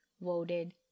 voted